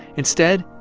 instead,